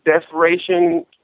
desperation